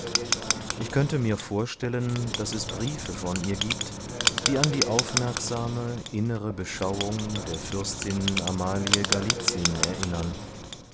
ich könnte mir vorstellen daß es briefe von ihr giebt die an die aufmerksame innere beschauung der fürstin amalie galitzin erinnern